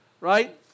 Right